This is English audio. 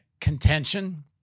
contention